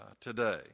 today